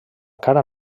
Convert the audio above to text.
cara